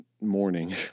morning